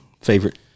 Favorite